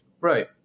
right